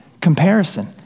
comparison